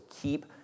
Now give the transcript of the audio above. keep